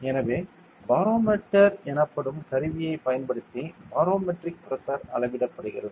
எனவே பாரோமீட்டர் எனப்படும் கருவியைப் பயன்படுத்தி பாரோமெட்ரிக் பிரஷர் அளவிடப்படுகிறது